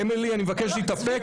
אמילי, אני מבקש להתאפק.